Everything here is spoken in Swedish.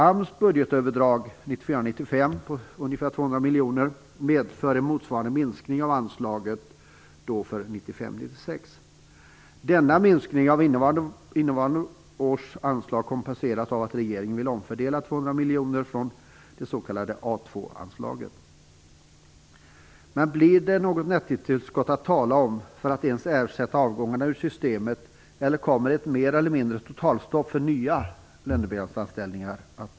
AMS budgetöverdrag 1994 96. Denna minskning av innevarande års anslag kompenseras av att regeringen vill omfördela Men blir det något nettotillskott att tala om för att ens ersätta avgångarna ur systemet, eller kommer ett mer eller mindre totalstopp för nya lönebidragsanställningar att bestå?